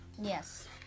Yes